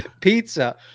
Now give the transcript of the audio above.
pizza